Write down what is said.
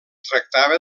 tractava